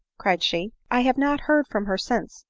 cried she. i have not heard from her since,